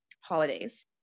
holidays